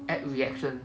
oh